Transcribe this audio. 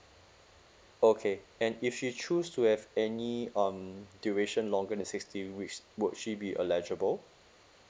okay and if she choose to have any um duration longer than sixteen weeks would she be eligible